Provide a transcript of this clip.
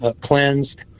cleansed